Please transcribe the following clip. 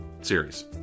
series